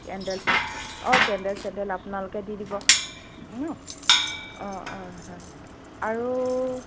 candle অঁ candle চেণ্ডেল আপোনালোকে দি দিব ন অঁ অঁ হয় আৰু